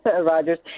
rogers